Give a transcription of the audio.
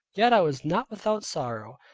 yet i was not without sorrow,